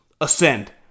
ascend